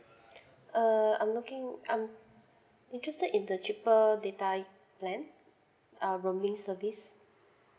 uh I'm looking I'm interested in the cheaper data plan uh roaming service